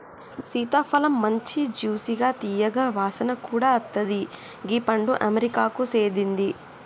సీతాఫలమ్ మంచి జ్యూసిగా తీయగా వాసన కూడా అత్తది గీ పండు అమెరికాకు సేందింది